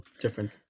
different